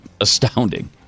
astounding